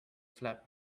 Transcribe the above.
flap